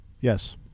yes